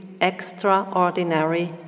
extraordinary